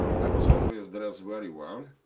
i was always dressed very well.